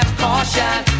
caution